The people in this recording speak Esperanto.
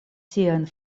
siajn